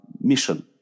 mission